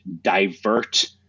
divert